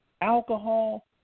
alcohol